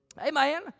Amen